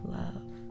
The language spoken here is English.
love